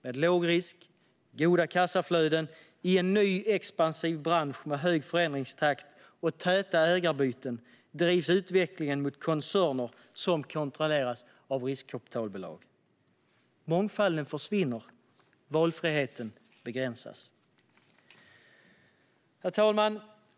Med låg risk och goda kassaflöden i en ny expansiv bransch med hög förändringstakt och täta ägarbyten drivs utvecklingen mot koncerner som kontrolleras av riskkapitalbolag. Mångfalden försvinner, och valfriheten begränsas. Herr talman!